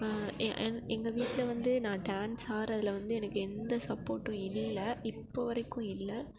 எங்கள் வீட்டில் வந்து நான் டான்ஸ் ஆடுறதுல வந்து எனக்கு எந்த சப்போர்ட்டும் இல்லை இப்போது வரைக்கும் இல்லை